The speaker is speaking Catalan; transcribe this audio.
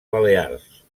balears